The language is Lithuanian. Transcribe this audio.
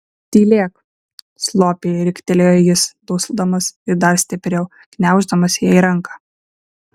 tylėk slopiai riktelėjo jis dusdamas ir dar stipriau gniauždamas jai ranką